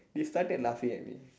they started laughing at me